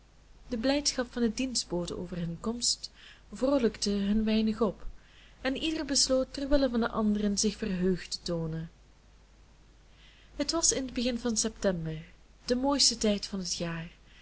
de blijdschap van de dienstboden over hunne komst vroolijkte hen een weinig op en ieder besloot terwille van de anderen zich verheugd te toonen het was in t begin van september de mooiste tijd van het jaar